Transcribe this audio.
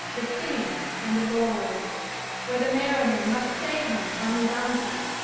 the singing and the gold where the mariner must stay him from his onset,